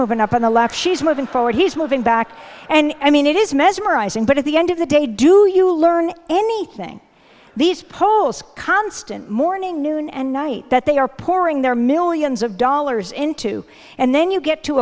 moving up on the left she's moving forward he's moving back and i mean it is mesmerizing but at the end of the day do you learn anything these polls constant morning noon and night that they are pouring their millions of dollars into and then you get t